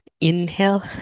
Inhale